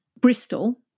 Bristol